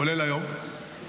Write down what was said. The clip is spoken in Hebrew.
כולל היום,